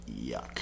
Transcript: yuck